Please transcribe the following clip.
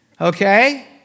okay